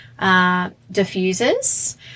diffusers